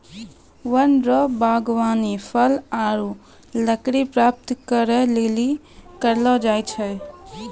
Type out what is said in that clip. वन रो वागबानी फल आरु लकड़ी प्राप्त करै लेली करलो जाय छै